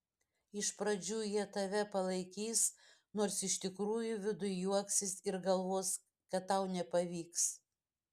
iš pradžių jie tave palaikys nors iš tikrųjų viduj juoksis ir galvos kad tau nepavyks